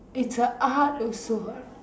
it's a art also what